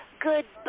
goodbye